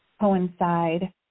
coincide